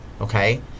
Okay